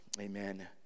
amen